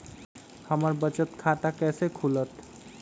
हमर बचत खाता कैसे खुलत?